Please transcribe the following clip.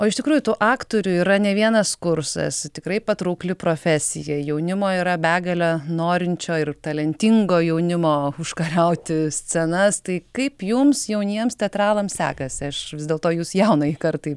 o iš tikrųjų tų aktorių yra ne vienas kursas tikrai patraukli profesija jaunimo yra begalė norinčio ir talentingo jaunimo užkariauti scenas tai kaip jums jauniems teatralams sekasi aš vis dėlto jus jaunajai kartai